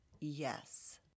yes